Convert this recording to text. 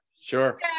Sure